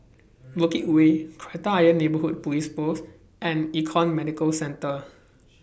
Bukit Way Kreta Ayer Neighbourhood Police Post and Econ Medicare Centre